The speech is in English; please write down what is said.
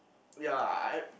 ya lah I I